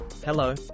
Hello